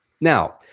Now